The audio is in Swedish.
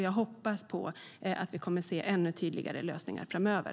Jag hoppas att vi kommer att se ännu tydligare lösningar framöver.